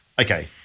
Okay